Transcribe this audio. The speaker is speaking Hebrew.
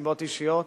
מסיבות אישיות,